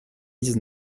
dix